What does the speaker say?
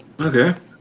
Okay